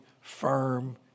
firm